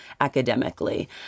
academically